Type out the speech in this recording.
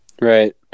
Right